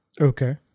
Okay